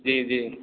जी जी